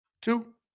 Two